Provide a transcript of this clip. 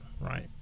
right